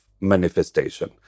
manifestation